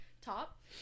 top